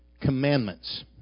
commandments